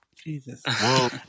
Jesus